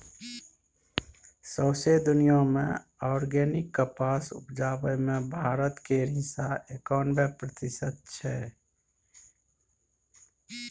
सौंसे दुनियाँ मे आर्गेनिक कपास उपजाबै मे भारत केर हिस्सा एकानबे प्रतिशत छै